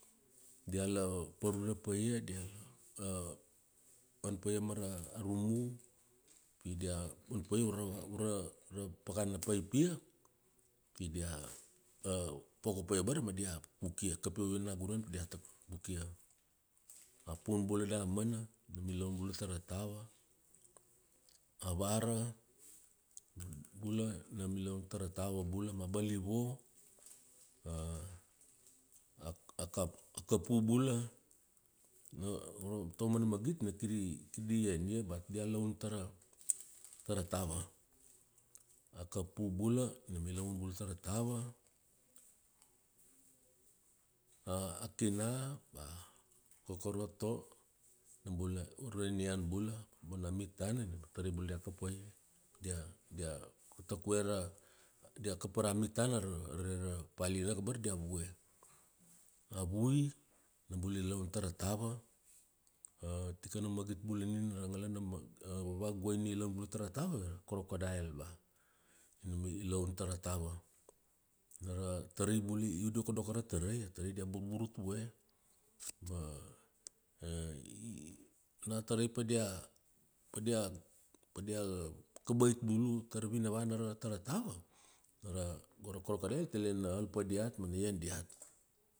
Diala, pare paia, dia, an pa ia mara rumu, pi dia, an paia ura ura ra pakana pai pia, pi dia poko paia abara ma dia kukia. Kap ia ura nagunan pi diata kukia. A pun bula damana, nam i laun bula tara tava. A vara, bula, nam ilaun tara tava bula ma balivo, a kap, a kapu bula, tauamana magit na kiri, kir di ian ia but dia laun tara, tara tava. A kapu bula, nam i laun bula tara tava, a kina bea kokoroto, nam bula ure ra nian bula. Bona mit tana. Tarai bula dia kapaia, dia dia takue ra, dia kapa ra mit tana, are, are ra palina ka abara dia vue. A vui, nam bula i laun tara tava, tikana magit bula nina ra nglana na mag, a vavaguai ni laun bula tara tava, a crocodile. Nam i laun tara tava. Na ra tarai bula, i doko doko ra tarai, tarai dia burburutue, ma na tarai padia, padia, padia kabait bulu tara vinavana ara tara tava, na ra, go ra crocodile tale na an pa diat mana en diat.